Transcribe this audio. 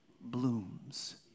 blooms